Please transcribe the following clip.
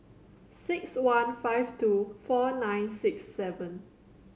six one five two four nine six seven